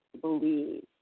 believe